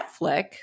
Netflix